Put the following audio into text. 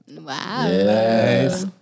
Wow